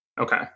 Okay